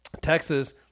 Texas